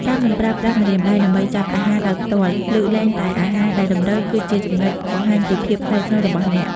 ការមិនប្រើប្រាស់ម្រាមដៃដើម្បីចាប់អាហារដោយផ្ទាល់ លើកលែងតែអាហារដែលតម្រូវ គឺជាចំណុចបង្ហាញពីភាពថ្លៃថ្នូររបស់អ្នក។